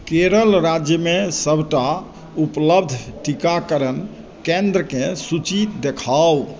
केरल राज्यमे सभटा उपलब्ध टीकाकरण केन्द्रके सूची देखाउ